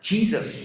Jesus